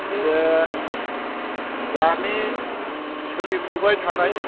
बे दानि सोलिफुबाय थानाय